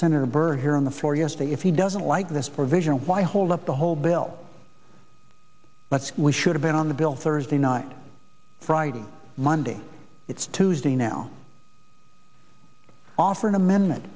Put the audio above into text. senator byrd here on the floor yesterday if he doesn't like this provision why hold up the whole bill but we should have been on the bill thursday night friday monday it's tuesday now offer an amendment